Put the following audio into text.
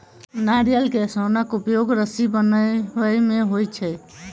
नारियल के सोनक उपयोग रस्सी बनबय मे होइत छै